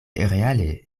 reale